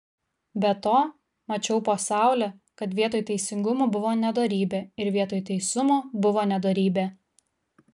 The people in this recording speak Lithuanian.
be to mačiau po saule kad vietoj teisingumo buvo nedorybė ir vietoj teisumo buvo nedorybė